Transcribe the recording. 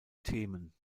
themen